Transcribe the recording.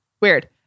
Weird